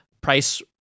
Price